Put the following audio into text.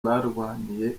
barwaniye